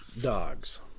dogs